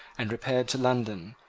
and repaired to london,